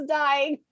dying